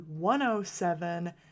107